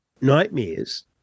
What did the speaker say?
nightmares